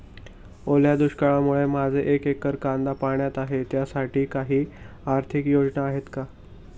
ओल्या दुष्काळामुळे माझे एक एकर कांदा पाण्यात आहे त्यासाठी काही आर्थिक योजना आहेत का?